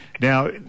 Now